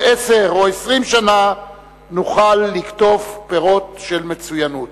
10 או 20 שנה נוכל לקטוף פירות של מצוינות.